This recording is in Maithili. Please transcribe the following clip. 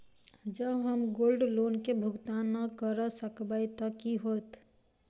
जँ हम गोल्ड लोन केँ भुगतान न करऽ सकबै तऽ की होत?